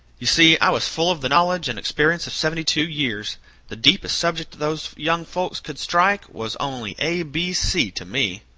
you see, i was full of the knowledge and experience of seventy-two years the deepest subject those young folks could strike was only a b c to me.